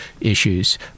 issues